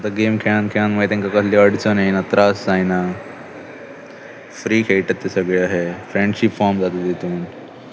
आतां गेम खेळून खेळून मागीर तेंकां कसले अडचण येना त्रास जायना फ्री खेळटात तें सगळें अशे फ्रेंडशीप फॉर्म जाता तितून